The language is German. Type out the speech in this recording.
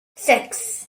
sechs